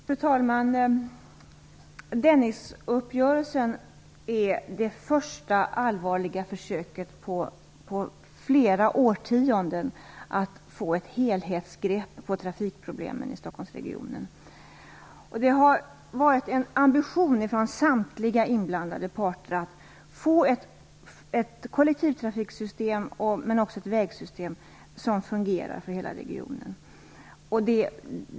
Fru talman! Dennisuppgörelsen är det första allvarliga försöket på flera årtionden att ta ett helhetsgrepp på trafikproblemen i Stockholmsregionen. Det har varit en ambition från samtliga inblandade parter att få ett kollektivtrafiksystem men också ett vägsystem som fungerar för hela regionen.